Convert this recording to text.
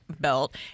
belt